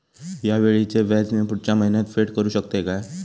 हया वेळीचे व्याज मी पुढच्या महिन्यात फेड करू शकतय काय?